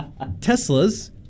Teslas